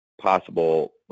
possible